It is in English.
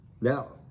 Now